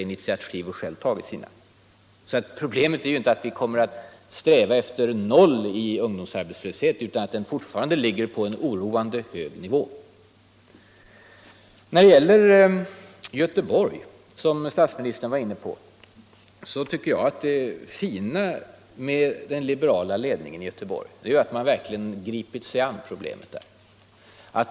Problemet är alltså inte att vi kommer att sträva efter att arbetslösheten skall vara noll, utan att den fortfarande ligger på en oroande hög nivå och måste pressas ner. När det gäller förhållandena i Göteborg, som statsministern var inne på, tycker jag att det fina med den liberala ledningen i Göteborg är att man verkligen har gripit sig an med problemet där.